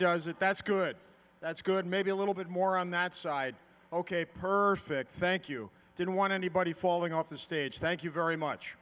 does it that's good that's good maybe a little bit more on that side ok perfect thank you didn't want anybody falling off the stage thank you very much